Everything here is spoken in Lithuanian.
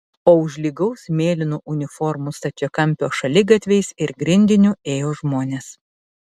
o už lygaus mėlynų uniformų stačiakampio šaligatviais ir grindiniu ėjo žmonės